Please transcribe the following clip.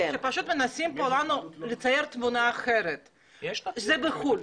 פשוט מנסים פה לצייר תמונה אחרת, שזה בחו"ל.